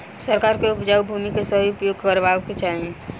सरकार के उपजाऊ भूमि के सही उपयोग करवाक चाही